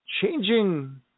Changing